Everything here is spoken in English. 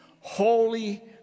holy